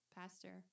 Pastor